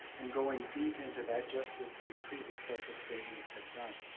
and going deep into that, just as the previous social statements have done.